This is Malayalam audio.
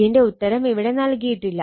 ഇതിന്റെ ഉത്തരം ഇവിടെ നൽകിയിട്ടില്ല